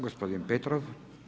Gospodin Petrov.